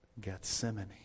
Gethsemane